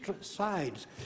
sides